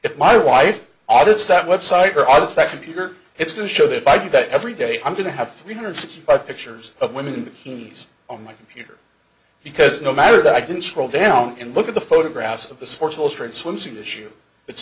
if my wife audits that website or artifact computer it's to show that if i do that every day i'm going to have three hundred sixty five pictures of women he's on my computer because no matter that i can scroll down and look at the photographs of the sports illustrated swimsuit issue it's